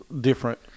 different